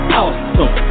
awesome